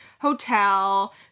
hotel